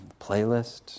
playlist